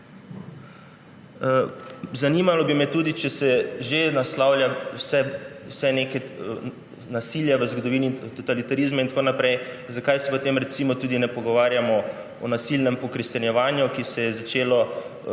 Zanimalo bi me tudi, če se že naslavlja nasilje v zgodovini, totalitarizme in tako naprej, zakaj se potem, recimo, ne pogovarjamo o nasilnem pokristjanjevanju, ki se je začelo